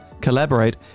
collaborate